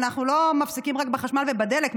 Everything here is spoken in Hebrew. אנחנו לא מפסיקים רק בחשמל ובדלק,